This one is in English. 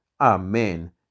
Amen